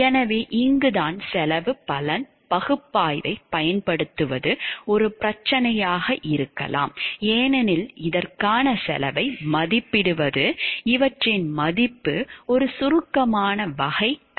எனவே இங்குதான் செலவு பலன் பகுப்பாய்வைப் பயன்படுத்துவது ஒரு பிரச்சனையாக இருக்கலாம் ஏனெனில் இதற்கான செலவை மதிப்பிடுவது இவற்றின் மதிப்பு ஒரு சுருக்கமான வகை கருத்தாகும்